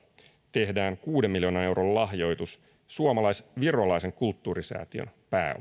tehdään kuuden miljoonan euron lahjoitus suomalais virolaisen kulttuurisäätiön pääomaan